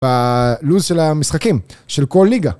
בלו"ז של המשחקים של כל ליגה.